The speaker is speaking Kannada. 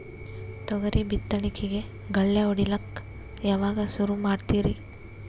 ತೊಗರಿ ಬಿತ್ತಣಿಕಿಗಿ ಗಳ್ಯಾ ಹೋಡಿಲಕ್ಕ ಯಾವಾಗ ಸುರು ಮಾಡತೀರಿ?